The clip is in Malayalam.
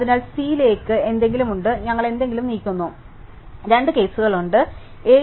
അതിനാൽ C ലേക്ക് നീങ്ങാൻ എന്തെങ്കിലും ഉണ്ട് ഞങ്ങൾ എന്തെങ്കിലും നീക്കുന്നു അതിനാൽ രണ്ട് കേസുകളുണ്ട് A